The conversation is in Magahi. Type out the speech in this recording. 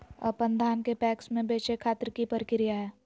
अपन धान के पैक्स मैं बेचे खातिर की प्रक्रिया हय?